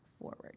forward